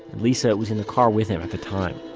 lisa was in the car with him at the time